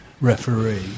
referee